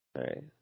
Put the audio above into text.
right